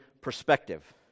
perspective